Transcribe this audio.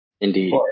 Indeed